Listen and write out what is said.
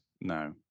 No